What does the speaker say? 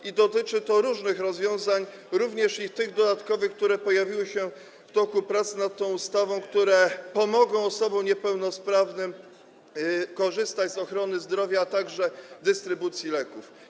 I dotyczy to różnych rozwiązań, również tych dodatkowych, które pojawiły się w toku prac nad tą ustawą, które pomogą osobom niepełnosprawnym korzystać z ochrony zdrowia, a także dystrybucji leków.